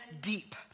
deep